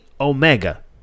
Omega